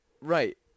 Right